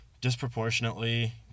disproportionately